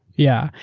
yeah.